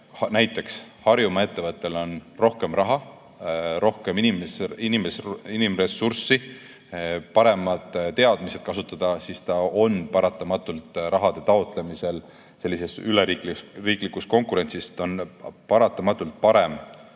näiteks Harjumaa ettevõttel on rohkem raha, rohkem inimressurssi ja paremad teadmised kasutada, siis ta on paratamatult raha taotlemisel sellises üleriiklikus konkurentsis parem kui mõne